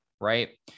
right